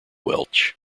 welsh